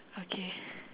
okay